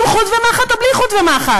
עם חוט ומחט או בלי חוט ומחט?